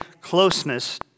closeness